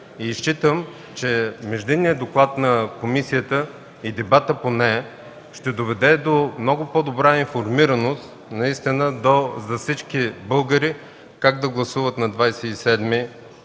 считам, че Междинният доклад на комисията и дебатът по него ще доведе до много по-добра информираност за всички българи как да гласуват на 27